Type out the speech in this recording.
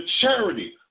charity